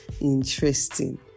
Interesting